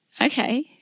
okay